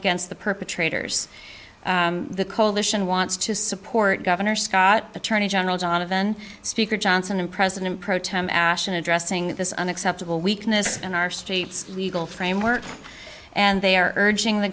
against the perpetrators the coalition wants to support governor scott attorney general john of then speaker johnson and president pro tem ashton addressing this unacceptable weakness in our state's legal framework and they are urging the